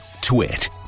Twit